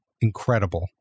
incredible